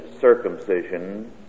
circumcision